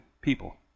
people